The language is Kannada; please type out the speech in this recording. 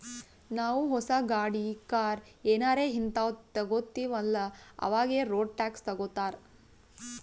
ನಾವೂ ಹೊಸ ಗಾಡಿ, ಕಾರ್ ಏನಾರೇ ಹಿಂತಾವ್ ತಗೊತ್ತಿವ್ ಅಲ್ಲಾ ಅವಾಗೆ ರೋಡ್ ಟ್ಯಾಕ್ಸ್ ತಗೋತ್ತಾರ್